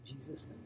Jesus